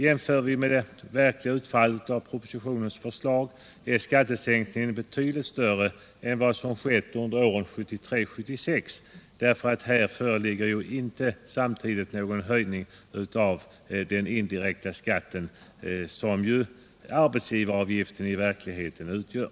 Ser vi på det verkliga utfallet av propositionens förslag är den nu föreslagna skattesänkningen betydligt större än skattesänkningarna under åren 1973-1976, eftersom det nu inte blir någon höjning av den indirekta skatt som arbetsgivaravgiften i verkligheten utgör.